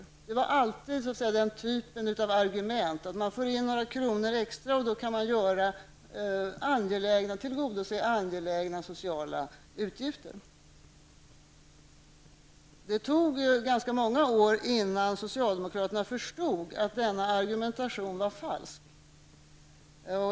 Argumenteringen var alltid av typen att man för in några kronor extra, och då kan man tillgodose angelägna sociala ändamål. Det tog ganska många år innan socialdemokraterna förstod att denna argumentation var falsk.